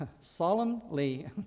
solemnly